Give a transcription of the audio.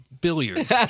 billiards